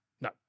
No